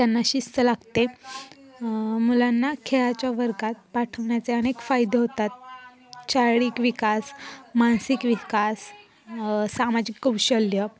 त्यांना शिस्त लागते मुलांना खेळाच्या वर्गात पाठवण्याचे अनेक फायदे होतात शारीरिक विकास मानसिक विकास सामाजिक कौशल्य